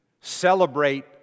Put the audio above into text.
celebrate